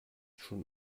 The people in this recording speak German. schon